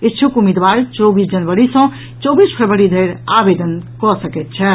इच्छुक उम्मीदवार चौबीस जनवरी सँ चौबीस फरवरी धरि आवेदन कऽ सकैत छथि